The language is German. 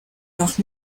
noch